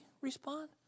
respond